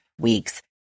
weeks